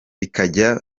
bikajya